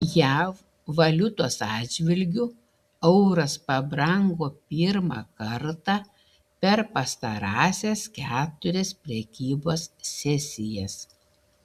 jav valiutos atžvilgiu euras pabrango pirmą kartą per pastarąsias keturias prekybos sesijas